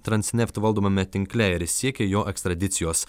transneft valdomame tinkle ir siekė jo ekstradicijos